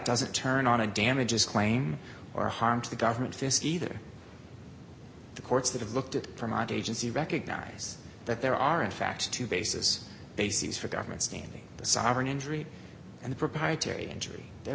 doesn't turn on a damages claim or harm to the government just either the courts that have looked at from out agency recognize that there are in fact two basis bases for government standing the sovereign injury and the proprietary injury they're